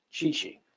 Chi-Chi